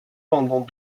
pendant